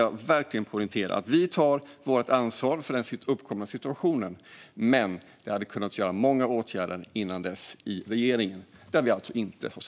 Jag vill poängtera att vi tar vårt ansvar för den uppkomna situationen men att regeringen hade kunnat göra mycket långt tidigare.